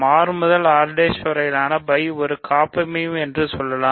R முதல் R வரையிலான ஒரு காப்பமைவியம் என்று சொல்லலாம்